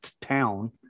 town